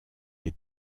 est